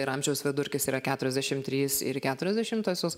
ir amžiaus vidurkis yra keturiasdešimt trys ir keturios dešimtosios